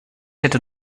hätte